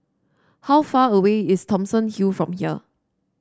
how far away is Thomson Hill from here